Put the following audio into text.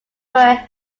were